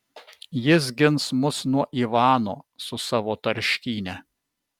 jis gins mus nuo ivano su savo tarškyne